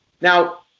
Now